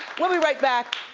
we'll be right back.